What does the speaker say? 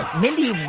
mindy,